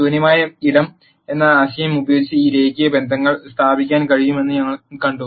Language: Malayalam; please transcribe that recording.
ശൂന്യമായ ഇടം എന്ന ആശയം ഉപയോഗിച്ച് ഈ രേഖീയ ബന്ധങ്ങൾ സ്ഥാപിക്കാൻ കഴിയുമെന്ന് ഞങ്ങൾ കണ്ടു